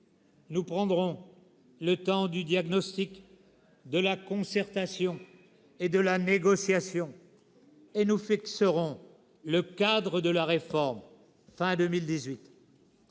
Nous prendrons le temps du diagnostic, de la concertation et de la négociation et nous fixerons le cadre de la réforme à la